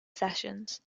sessions